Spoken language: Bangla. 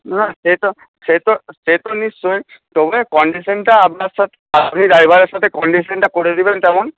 না সে তো সে তো সে তো নিশ্চয়ই তবে কন্ডিশনটা আপনার সাথে আপনি ড্রাইভারের সাথে কন্ডিশনটা করে দেবেন তেমন